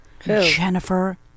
Jennifer